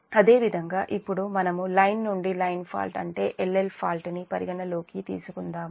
అదేవిధంగా ఇప్పుడు మనము లైన్ నుండి లైన్ ఫాల్ట్ అంటే L L ఫాల్ట్ ని పరిగణలోకి తీసుకుందాము